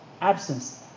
absence